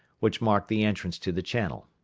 which mark the entrance to the channel.